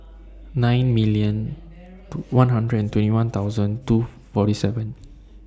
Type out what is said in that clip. nine million to one hundred and twenty one thousand two forty seven